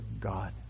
God